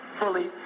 fully